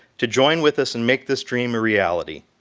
to join with us and make this dream a reality.